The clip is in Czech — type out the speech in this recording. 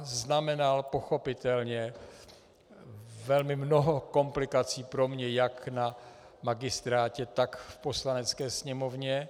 Znamenal pochopitelně velmi mnoho komplikací pro mě jak na magistrátě, tak v Poslanecké sněmovně.